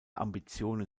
ambitionen